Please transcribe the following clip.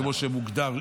כמו שמוגדר,